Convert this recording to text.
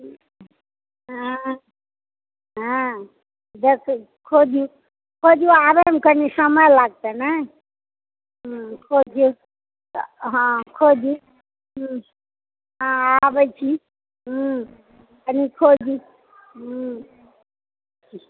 हँ हँ देखु खोजू खोजु आबयमे कनि समय लागतै ने हुँ खोजु तऽ हँ खोजु हुँ हँ आबय छी हुँ कनि खोजु हुँ